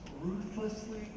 ruthlessly